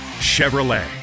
Chevrolet